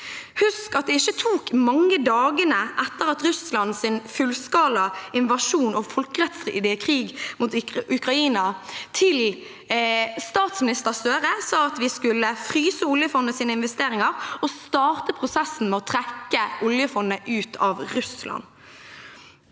Husk at det ikke tok mange dagene etter Russlands fullskala invasjon og folkerettsstridige krig mot Ukraina til statsminister Støre sa at vi skulle fryse oljefondets investeringer og starte prosessen med å trekke det ut av Russland.